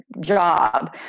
job